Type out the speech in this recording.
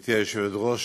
גברתי היושבת-ראש,